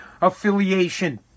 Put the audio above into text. affiliation